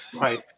Right